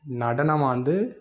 நடனம் வந்து